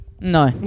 No